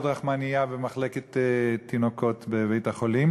רחמנייה במחלקת תינוקות בבית-החולים,